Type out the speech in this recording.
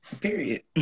Period